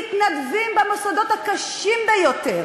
מתנדבים במוסדות הקשים ביותר,